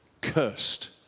Cursed